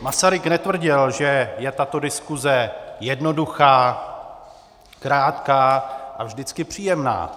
Masaryk netvrdil, že je tato diskuse jednoduchá, krátká a vždycky příjemná.